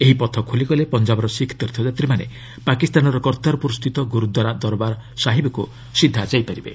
ଏହି ପଥ ଖୋଲିଗଲେ ପଞ୍ଜାବର ଶିଖ୍ ତୀର୍ଥଯାତ୍ରୀମାନେ ପାକିସ୍ତାନର କର୍ତ୍ତାରପୁର ସ୍ଥିତ ଗୁରୁଦ୍ୱାରା ଦରବାର ସାହିବ୍କୁ ସିଧା ଯାଇପାରିବେ